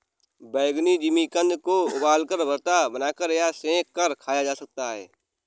बैंगनी जिमीकंद को उबालकर, भरता बनाकर या सेंक कर खाया जा सकता है